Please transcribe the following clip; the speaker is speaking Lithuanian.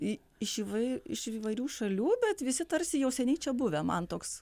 į iš įvai iš įvairių šalių bet visi tarsi jau seniai čia buvę man toks